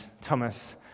Thomas